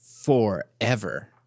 forever